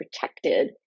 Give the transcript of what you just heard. protected